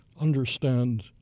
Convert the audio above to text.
understand